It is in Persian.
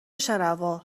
شنوا